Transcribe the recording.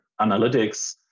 analytics